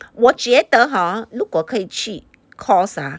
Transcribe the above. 我觉得 hor 如果可以去 course ah